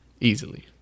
easily